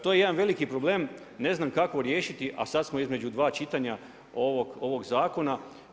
To je jedan veliki problem, ne znam kako riješiti, a sada smo između dva čitanja ovog zakona.